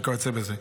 וכיוצא בזה.